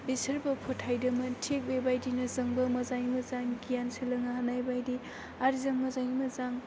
बिसोरबो फोथायदोंमोन थिक बेबायदिनो जोंबो मोजाङै मोजां गियान सोलोंनो हानाय बायदि आरो जों मोजाङै मोजां